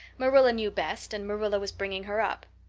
marilla knew best and marilla was bringing her up.